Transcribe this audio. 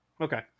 Okay